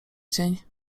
dzień